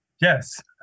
Yes